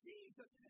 Jesus